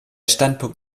standpunkt